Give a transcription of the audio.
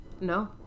No